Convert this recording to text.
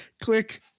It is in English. click